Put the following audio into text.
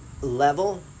level